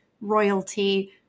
royalty